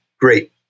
great